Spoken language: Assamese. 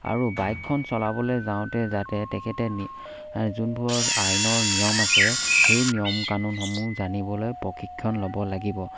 আৰু বাইকখন চলাবলৈ যাওঁতে যাতে তেখেতে যোনবোৰ আইনৰ নিয়ম আছে সেই নিয়ম কানুনসমূহ জানিবলৈ প্ৰশিক্ষণ ল'ব লাগিব